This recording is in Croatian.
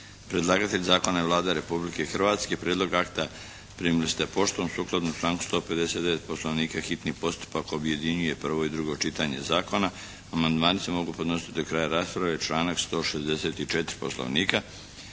Predlagatelj zakona je Vlada Republike Hrvatske. Prijedlog akta primili ste poštom. Sukladno članku 159. Poslovnika, hitni postupak objedinjuje prvo i drugo čitanje zakona. Amandmani se mogu podnositi do kraja rasprave. Članak 164. Poslovnika.